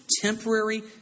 temporary